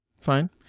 Fine